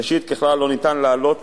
ראשית, ככלל, לא ניתן להעלות